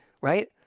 right